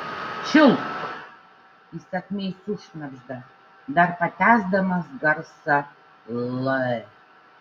čiulpk įsakmiai sušnabžda dar patęsdamas garsą l